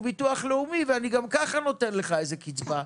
ביטוח לאומי ואני גם ככה נותן לך איזה קצבה,